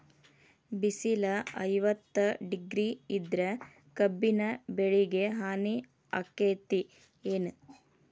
ಬಿಸಿಲ ಐವತ್ತ ಡಿಗ್ರಿ ಇದ್ರ ಕಬ್ಬಿನ ಬೆಳಿಗೆ ಹಾನಿ ಆಕೆತ್ತಿ ಏನ್?